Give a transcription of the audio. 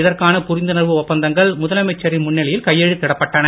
இதற்கான புரிந்துணர்வு ஒப்பந்தங்கள் முதலமைச்சரின் முன்னிலையில் கையெழுத்திடப்பட்டன